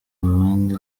abandi